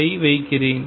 ஐ வைக்கிறேன்